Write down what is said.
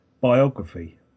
biography